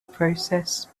process